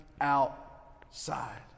outside